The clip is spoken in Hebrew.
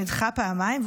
שנדחה פעמיים,